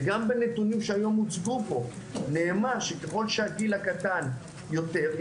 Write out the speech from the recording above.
גם בנתונים שהיום הוצגו פה נאמר שככל שהגיל קטן יותר,